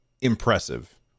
impressive